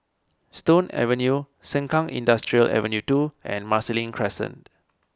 Stone Avenue Sengkang Industrial Ave two and Marsiling Crescent